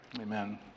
Amen